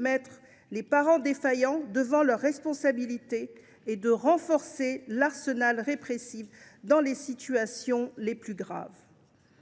mettre les parents défaillants devant leurs responsabilités et renforcer l’arsenal répressif dans les situations les plus graves.